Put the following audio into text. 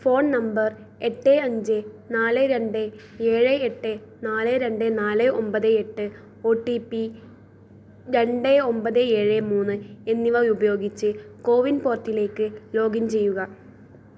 phone number എട്ട് അഞ്ച് നാല് രണ്ട് ഏഴ് എട്ട് നാല് രണ്ട് നാല് ഒൻപത് എട്ട് ഒ ടി പി രണ്ട് ഒൻപത് ഏഴ് മുന്ന് എന്നിവ ഉപയോഗിച്ച് കോവിൻ പോർട്ടലിലേക്ക് ലോഗിൻ ചെയ്യുക